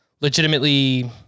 legitimately